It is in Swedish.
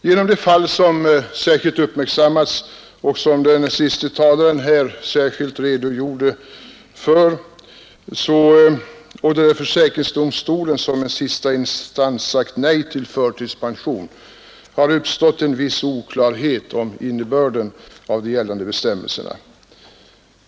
Genom det fall som särskilt uppmärksammats och som den föregående talaren här redogjorde för och där försäkringsdomstolen som sista instans sagt nej till förtidspension har uppstått en viss oklarhet om innebörden av de gällande bestämmelserna.